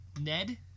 Ned